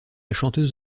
chanteuse